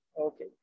Okay